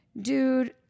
dude